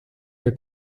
del